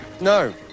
no